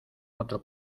otro